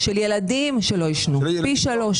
עלייה של פי שלוש.